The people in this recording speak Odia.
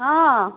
ହଁ